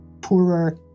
poorer